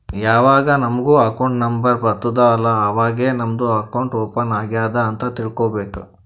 ಯಾವಾಗ್ ನಮುಗ್ account number ಬರ್ತುದ್ ಅಲ್ಲಾ ಅವಾಗೇ ನಮ್ದು ಅಕೌಂಟ್ ಓಪನ್ ಆಗ್ಯಾದ್ ಅಂತ್ ತಿಳ್ಕೋಬೇಕು